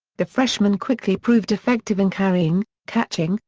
the freshman quickly proved effective in carrying, catching,